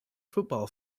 football